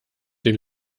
den